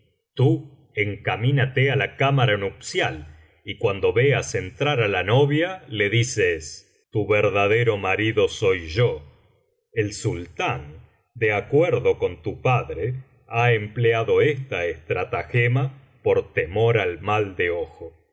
tú encamínate á la cámara nupcial y cuando veas entrar á la novia le dices tu verdadero maiiclo soy yo el sultán de acuerdo con tu padre ha empleado esta estratagema por temor al mal de ojo